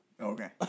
Okay